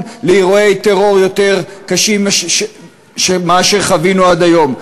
לאירועי טרור יותר קשים ממה שחווינו עד היום.